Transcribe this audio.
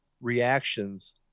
reactions